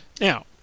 Now